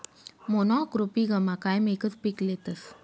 मोनॉक्रोपिगमा कायम एकच पीक लेतस